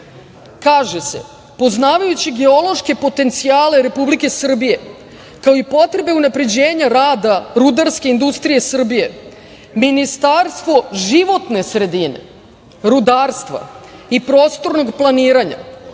kaže se – poznavajući geološke potencijale Republike Srbije, kao i potrebe unapređenja rada rudarske industrije Srbije, Ministarstvo životne sredine, rudarstva i prostornog planiranja